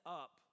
up